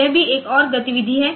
यह भी एक और गतिविधि है